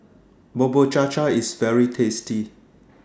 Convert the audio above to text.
Bubur Cha Cha IS very tasty